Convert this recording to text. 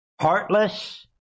Heartless